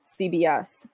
CBS